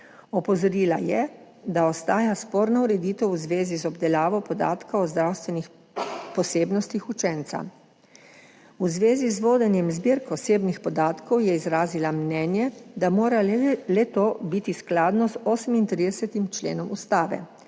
Opozorila je, da ostaja sporna ureditev v zvezi z obdelavo podatkov o zdravstvenih posebnostih učenca. V zvezi z vodenjem zbirk osebnih podatkov je izrazila mnenje, da mora le-to biti skladno z 38. členom Ustave.